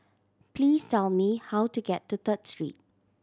please tell me how to get to Third Street